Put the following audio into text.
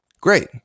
Great